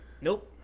Nope